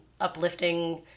uplifting